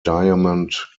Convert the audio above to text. diamond